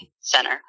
Center